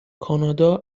کانادا